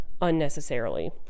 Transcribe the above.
unnecessarily